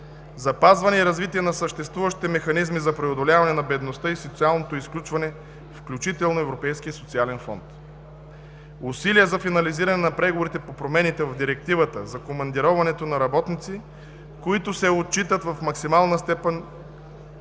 запазване и развитие на съществуващите механизми за преодоляване на бедността и социалното изключване, включително Европейския социален фонд; - усилия за финализиране на преговорите по промените в Директивата за командироването на работници, като се отчитат в максимална степен